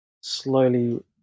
slowly